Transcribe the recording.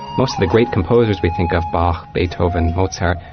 most of the great composers we think of bach, beethoven, mozart,